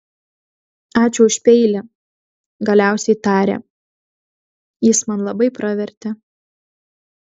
ačiū už peilį galiausiai tarė jis man labai pravertė